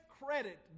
credit